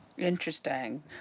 Interesting